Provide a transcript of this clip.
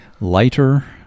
lighter